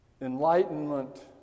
enlightenment